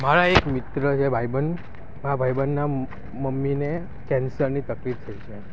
મારા એક મિત્ર છે ભાઈબંધ મારા ભાઈબંધનાં મમ્મીને કેન્સરની તકલીફ થઈ છે